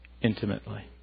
intimately